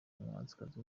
umuhanzikazi